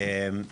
ב.